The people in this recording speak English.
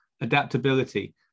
adaptability